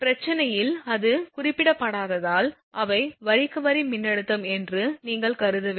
பிரச்சனையில் அது குறிப்பிடப்படாததால் அவை வரிக்கு வரி மின்னழுத்தம் என்று நீங்கள் கருத வேண்டும்